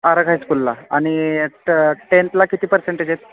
आरग हायस्कूलला आणि ट टेन्थला किती पर्सेंटेज आहेत